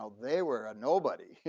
ah they were a nobody.